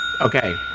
Okay